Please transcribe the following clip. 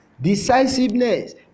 Decisiveness